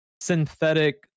synthetic